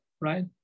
right